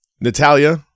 Natalia